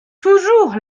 toujours